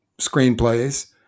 screenplays